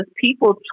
people